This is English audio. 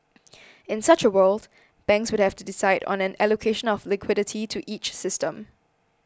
in such a world banks would have to decide on an allocation of liquidity to each system